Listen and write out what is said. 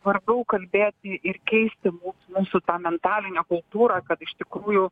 svarbiau kalbėti ir keisti mūs mūsų tą mentalinio kultūrą kad iš tikrųjų